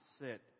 sit